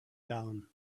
down